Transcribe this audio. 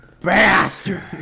Bastard